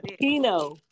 Pino